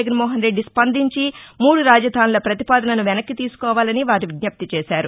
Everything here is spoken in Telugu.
జగన్మోహన్ రెడ్డి స్పందించి మూడు రాజధానుల పతిపాదనను వెనక్ని తీసుకోవాలని వారు విజ్ఞప్తి చేశారు